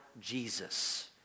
Jesus